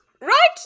right